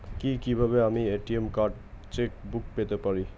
কি কিভাবে আমি এ.টি.এম কার্ড ও চেক বুক পেতে পারি?